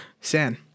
San